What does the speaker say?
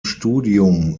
studium